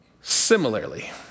Similarly